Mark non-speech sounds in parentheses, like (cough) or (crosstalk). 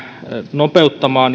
nopeuttamaan (unintelligible)